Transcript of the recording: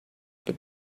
but